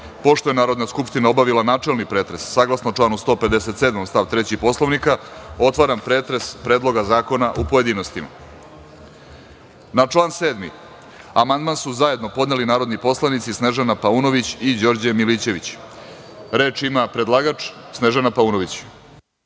je Narodna skupština obavila načelni pretres, saglasno članu 157. stav 3. Poslovnika, otvaram pretres Predloga zakona u pojedinostima. Na član 7. amandman su zajedno podneli narodni poslanici Snežana Paunović i Đorđe Milićević. Reč ima predlagač, Snežana Paunović. Izvolite.